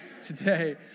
today